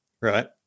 right